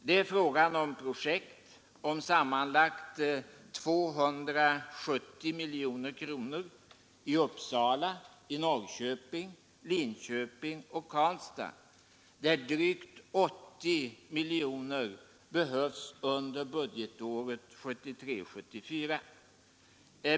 Det är fråga om projekt om sammanlagt 270 miljoner kronor i Uppsala, Norrköping, Linköping och Karlstad, där drygt 80 miljoner kronor behövs under budgetåret 1973/74.